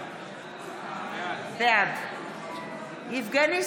בעד יבגני סובה,